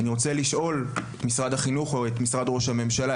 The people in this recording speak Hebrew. אני רוצה לשאול את משרד החינוך או את משרד ראש הממשלה,